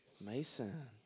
Mason